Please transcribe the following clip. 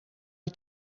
die